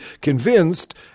convinced